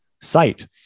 site